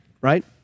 right